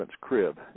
crib